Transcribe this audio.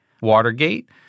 Watergate